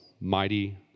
mighty